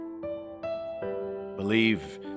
Believe